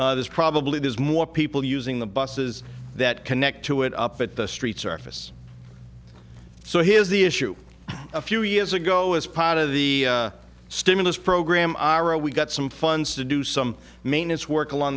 there's probably there's more people using the buses that connect to it up at the streets or fists so here's the issue a few years ago as part of the stimulus program our we got some funds to do some maintenance work along